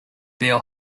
bill